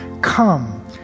come